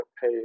pay